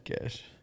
cash